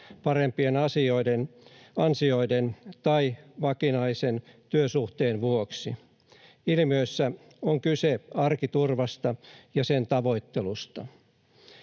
parempien ansioiden tai vakinaisen työsuhteen vuoksi. Ilmiössä on kyse arkiturvasta ja sen tavoittelusta.